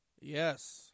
Yes